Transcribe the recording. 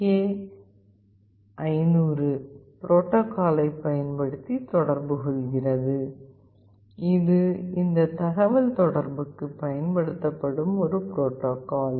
கே500 புரோட்டோகாலைப் பயன்படுத்தி தொடர்பு கொள்கிறது இது இந்த தகவல்தொடர்புக்கு பயன்படுத்தப்படும் ஒரு புரோட்டோகால்